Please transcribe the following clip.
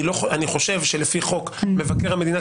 אני חושב שלפי חוק מבקר המדינה,